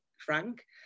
frank